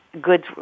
goods